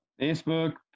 Facebook